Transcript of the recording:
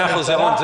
מאה אחוז, ירון.